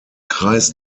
kreis